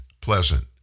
pleasant